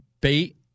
bait